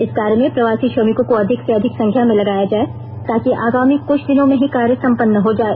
इस कार्य में प्रवासी श्रमिकों को अधिक से अधिक संख्या में लगाया जाए ताकि आगामी कुछ दिनों में ही कार्य संपन्न हो जाए